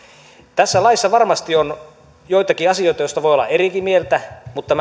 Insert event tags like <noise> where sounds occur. tässä laissa varmasti on joitakin asioita joista voi olla erikin mieltä mutta <unintelligible>